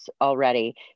already